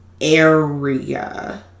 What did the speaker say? area